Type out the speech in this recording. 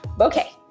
Okay